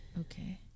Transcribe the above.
Okay